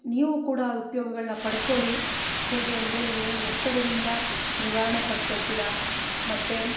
ನೀವು ಕೂಡ ಉಪ್ಯೋಗಗಳನ್ನ ಪಡ್ಕೊಳಿ ಹೇಗೆ ಅಂದರೆ ನೀವು ಒತ್ತಡದಿಂದ ನಿವಾರಣೆ ಪಡ್ಕೊಳ್ತಿರ ಮತ್ತು